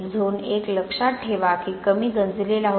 zone 1 लक्षात ठेवा की कमी गंजलेला होता